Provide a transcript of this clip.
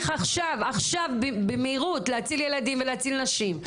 עכשיו במהירות להציל נשים ולהציל ילדים.